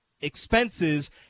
expenses